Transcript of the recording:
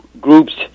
groups—